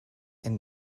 and